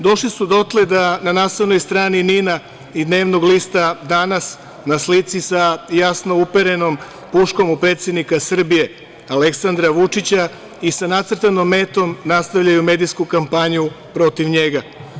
Došli su dotle da na naslovnoj strani NIN-a i dnevnog lista „Danas“ na slici sa jasno uperenom puškom u predsednika Srbije Aleksandra Vučića i sa nacrtanom metom nastavljaju medijsku kampanju protiv njega.